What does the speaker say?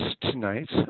tonight